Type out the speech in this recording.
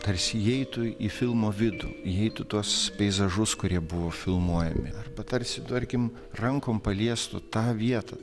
tarsi įeitų į filmo vidų ji tuos peizažus kurie buvo filmuojami arba tarsi tarkim rankom paliestų tą vietą